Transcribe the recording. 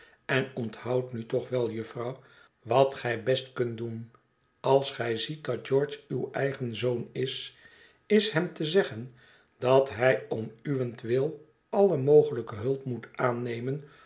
en onthoud nu toch wel jufvrouw wat gij best kunt doen als gij ziet dat george uw eigen zoon is is hem te zeggen dat hij om uwentwil alle mogelijke hulp moet aannemen